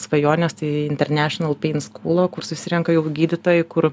svajonės tai internešinal pein skūlo kur susirenka jau gydytojai kur